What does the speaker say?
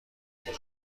وجود